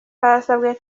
basabwe